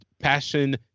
passion